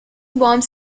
bombs